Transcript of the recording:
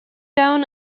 down